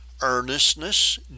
earnestness